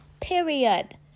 Period